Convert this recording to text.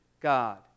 God